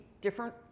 different